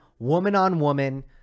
Woman-on-woman